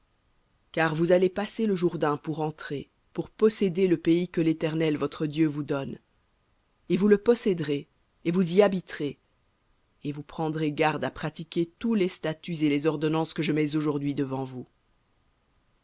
car vous allez passer le jourdain pour entrer pour posséder le pays que l'éternel votre dieu vous donne et vous le posséderez et vous y habiterez et vous prendrez garde à pratiquer tous les statuts et les ordonnances que je mets aujourd'hui devant vous